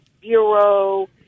bureau